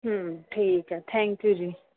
ਹਮ ਠੀਕ ਹੈ thank you ਜੀ